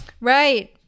Right